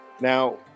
Now